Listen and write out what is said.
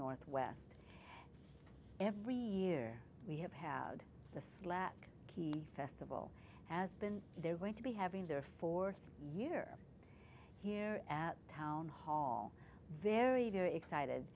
northwest every year we have had the slack key festival has been they're going to be having their fourth year here at town hall very very excited